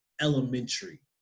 Elementary